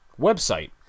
website